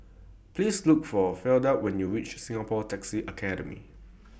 Please Look For Fleda when YOU REACH Singapore Taxi Academy